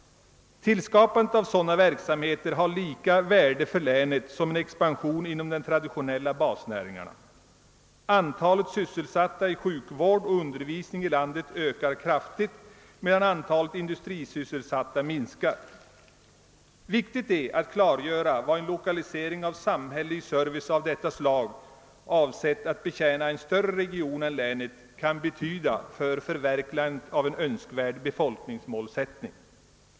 Tillskapandet av sådana verksamheter har lika stort värde för länet som en expansion inom de traditionella basnäringarna. Antalet sysselsatta inom sjukvård och undervisning i landet ökar kraftigt medan antalet industrisysselsatta minskar. Viktigt är att klargöra vad en lokalisering av samhällelig service av detta slag, avsedd att betjäna en större region än länet, kan betyda för förverkligandet av önskvärda befolkningsmål.